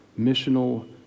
missional